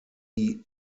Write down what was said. die